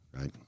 Right